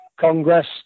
Congress